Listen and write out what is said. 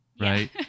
Right